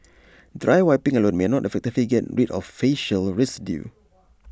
dry wiping alone may not effectively get rid of faecal residue